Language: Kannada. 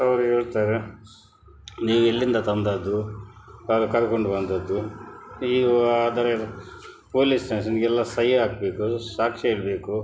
ಅವರು ಹೇಳ್ತಾರೆ ನೀವು ಎಲ್ಲಿಂದ ತಂದದ್ದು ಕರ್ಕೊಂಡು ಬಂದದ್ದು ನೀವು ಆದರೆ ಪೋಲಿಸ್ ಸ್ಟೇಷನ್ನಿಗೆಲ್ಲ ಸಹಿ ಹಾಕ್ಬೇಕು ಸಾಕ್ಷಿ ಹೇಳ್ಬೇಕು